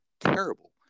terrible